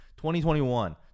2021